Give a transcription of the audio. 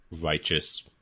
righteous